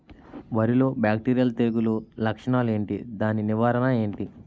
వరి లో బ్యాక్టీరియల్ తెగులు లక్షణాలు ఏంటి? దాని నివారణ ఏంటి?